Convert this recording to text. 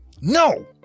No